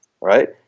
right